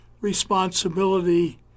responsibility